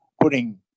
putting